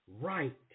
right